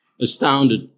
astounded